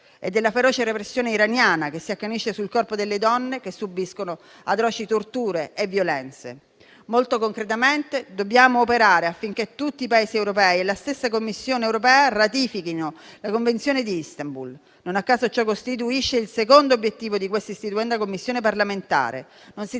E della feroce repressione iraniana che si accanisce sul corpo delle donne che subiscono atroci torture e violenze? Molto concretamente dobbiamo operare affinché tutti i Paesi europei e la stessa Commissione europea ratifichino la Convenzione di Istanbul. Non a caso, ciò costituisce il secondo obiettivo di questa istituenda Commissione parlamentare. Non si